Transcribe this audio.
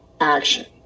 action